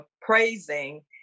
praising